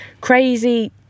crazy